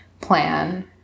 plan